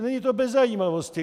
Není to bez zajímavosti.